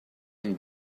and